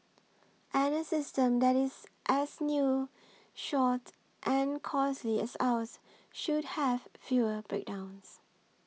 and a system that is as new short and costly as ours should have fewer breakdowns